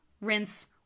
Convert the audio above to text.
rinse